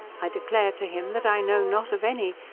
i declare to him, that i know not of any,